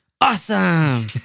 Awesome